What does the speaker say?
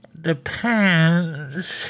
depends